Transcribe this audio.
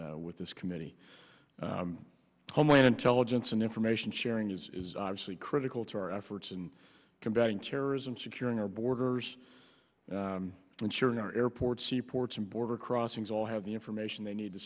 with this committee homeland intelligence and information sharing is obviously critical to our efforts in combating terrorism securing our borders ensuring our airports seaports and border crossings all have the information they need to